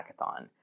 Hackathon